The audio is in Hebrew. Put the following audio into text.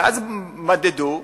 ואז מדדו.